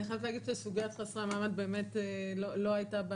אני חייבת להגיד שסוגיית חסרי המעמד לא הייתה בסקופ,